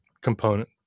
component